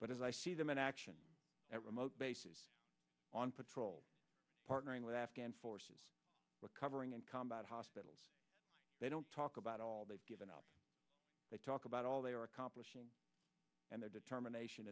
but as i see them in action at remote bases on patrol partnering with afghan forces we're covering and combat hospitals they don't talk about all they've given up they talk about all they are accomplishing and their determination